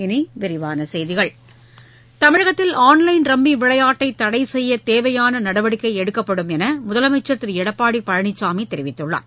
இனி விரிவான செய்கிகள் தமிழகத்தில் ஆன்லைன் ரம்மி விலையாட்டை தடை செய்ய தேவையான நடவடிக்கை எடுக்கப்படும் என்று முதலமைச்சர் திரு எடப்பாடி பழனிசாமி தெரிவித்துள்ளார்